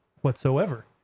whatsoever